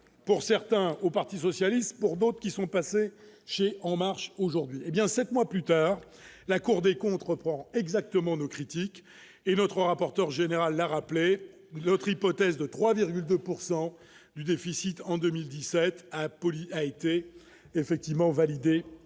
pour certains au Parti socialiste pour qui sont passés chez en marche aujourd'hui, hé bien, 7 mois plus tard, la Cour des comptes reprend exactement nos critiques et notre rapporteur général a rappelé notre hypothèse de 3,2 pourcent du du déficit en 2017 à la police a été effectivement validée